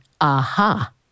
aha